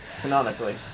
Canonically